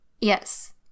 Yes